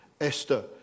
Esther